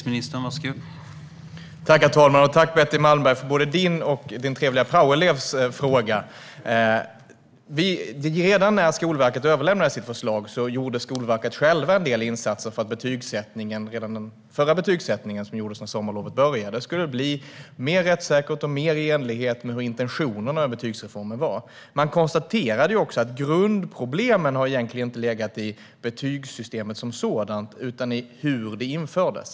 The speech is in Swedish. Herr talman! Tack, Betty Malmberg, för din och din trevliga praoelevs fråga! Redan när Skolverket överlämnade sitt förslag gjorde Skolverket självt en del insatser för att den betygsättning som gjordes före sommarlovet skulle bli mer rättssäker och mer i enlighet med intentionerna i betygsreformen. Man konstaterade också att grundproblemen egentligen inte har legat i betygssystemet som sådant utan i hur det infördes.